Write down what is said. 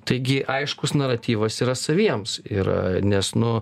taigi aiškus naratyvas yra saviems yra nes nu